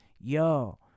Yo